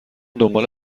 دنبال